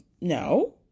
no